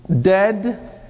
dead